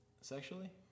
sexually